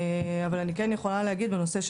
אבל אני כן יכולה להגיד בנושא,